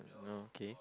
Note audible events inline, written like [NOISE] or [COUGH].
[NOISE] okay